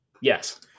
Yes